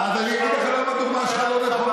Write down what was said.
אז אני אגיד לך למה הדוגמה שלך לא נכונה